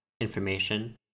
information